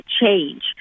change